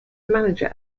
manager